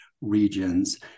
regions